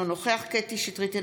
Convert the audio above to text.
אינו נוכח קטי קטרין שטרית,